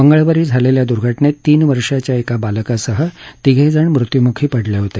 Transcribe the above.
मंगळवारी झालेल्या दुर्घटनेत तीन वर्षाच्या बालकासह तिघेजण मृत्यूमुखी पडले होते